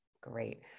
Great